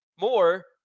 more